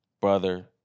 brother